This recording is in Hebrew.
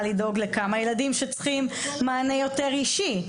לדאוג לכמה ילדים שצריכים מענה יותר אישי.